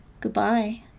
Goodbye